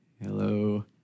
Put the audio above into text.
Hello